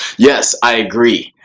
yes, i agree.